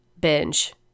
binge